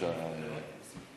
השר ארדן,